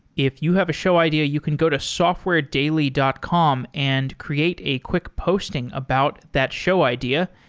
if you have a show idea, you can go to softwaredaily dot com and create a quick posting about that show idea,